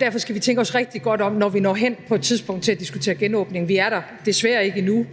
Derfor skal vi tænke os rigtig godt om, når vi på et tidspunkt når hen til at diskutere en genåbning. Vi er der desværre ikke endnu.